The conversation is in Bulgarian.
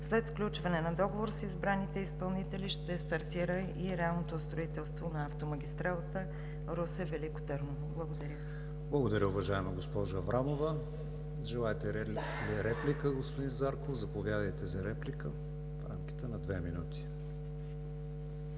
След сключване на договора с избраните изпълнители ще стартира и реалното строителство на автомагистрала Русе – Велико Търново. Благодаря. ПРЕДСЕДАТЕЛ КРИСТИАН ВИГЕНИН: Благодаря, уважаема госпожо Аврамова. Желаете ли реплика, господин Зарков? Заповядайте за реплика в рамките на две минути.